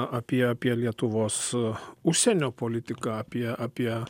apie apie lietuvos užsienio politiką apie apie